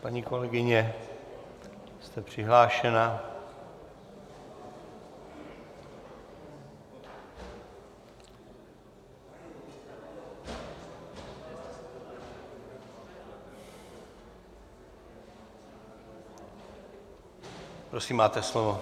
Paní kolegyně, jste přihlášena, prosím, máte slovo.